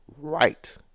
Right